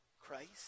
Christ